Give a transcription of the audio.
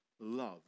love